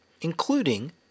including